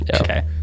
Okay